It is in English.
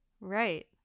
Right